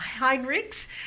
Heinrichs